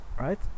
Right